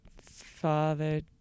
father